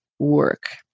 work